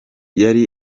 yari